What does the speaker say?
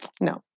no